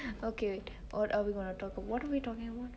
okay what are we going to talk what are we talking about